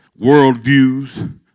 worldviews